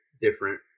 different